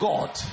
God